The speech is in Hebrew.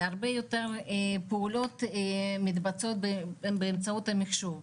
הרבה יותר פעולות שמתבצעות באמצעות המחשוב.